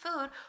food